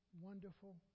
wonderful